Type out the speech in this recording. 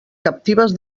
captives